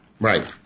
Right